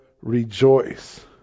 rejoice